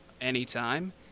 Anytime